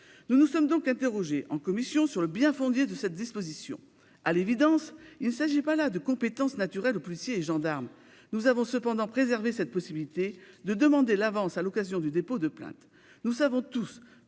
Nous nous sommes donc interrogés en commission sur le bien-fondé de cette disposition. À l'évidence, il ne s'agit pas là de compétences naturelles aux policiers et gendarmes. Nous avons cependant préservé cette possibilité de demander l'avance à l'occasion du dépôt de plainte. Nous savons tous